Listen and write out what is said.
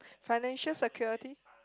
financial security